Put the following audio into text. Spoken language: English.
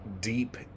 deep